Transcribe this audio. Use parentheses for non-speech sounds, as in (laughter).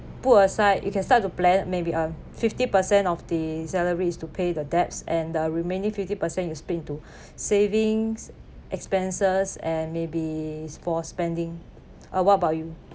put aside you can start a plan maybe uh fifty percent of the salary is to pay the debts and the remaining fifty percent you split into (breath) savings expenses and maybe for spending uh what about you